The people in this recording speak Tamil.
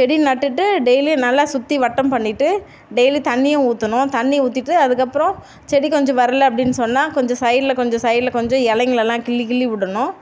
செடி நட்டுவிட்டு டெயிலியும் நல்லா சுற்றிவட்டம் பண்ணிவிட்டு டெயிலியும் தண்ணியும் ஊற்றணும் தண்ணி ஊற்றிட்டு அதுக்கு அப்புறம் செடி கொஞ்சம் வரலை அப்படின்னு சொன்னால் கொஞ்சம் சைடில் கொஞ்சம் சைடில் கொஞ்சம் இலைங்களெல்லாம் கிள்ளி கிள்ளி விடணும்